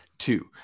two